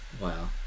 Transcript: Wow